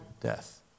death